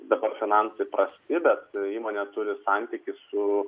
dabar finansai prasti bet įmonė turi santykį su